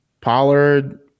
Pollard